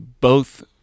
both-